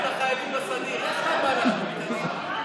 כסף לחיילים בסדיר, יש לך על מה לענות, קדימה.